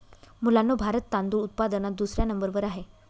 मुलांनो भारत तांदूळ उत्पादनात दुसऱ्या नंबर वर आहे